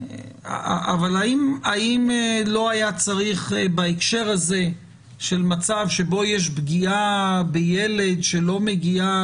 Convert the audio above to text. אבל האם לא היה צריך בהקשר הזה של מצב שבו יש פגיעה בילד שלא מגיעה